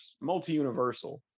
multi-universal